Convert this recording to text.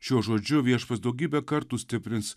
šiuo žodžiu viešpats daugybę kartų stiprins